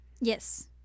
Yes